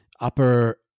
upper